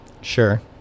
Sure